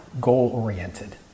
goal-oriented